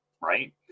right